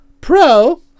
Pro